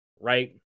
right